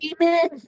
Amen